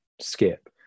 skip